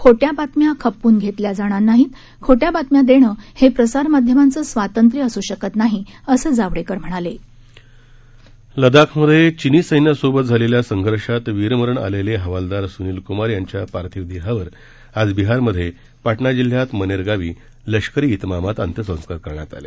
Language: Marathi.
खोट्या बातम्या खपवून घेतल्या जाणार नाहीत खोट्या बातम्या देणं हे प्रसार माध्यमांचं स्वातंत्र्य असू शकत नाही असं जावडेकर म्हणाले लद्वाखमध्ये चिनी सस्वासोबत झालेल्या संघर्षात वीरमरण आलेले हवालदार सुनीलकुमार यांच्या पार्थिव देहावर आज बिहारमध्ये पाटणा जिल्ह्यात मनेर गावी लष्करी इतमामात अंत्यसंस्कार करण्यात आले